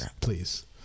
Please